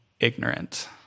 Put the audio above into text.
Ignorant